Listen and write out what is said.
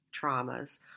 traumas